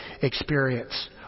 experience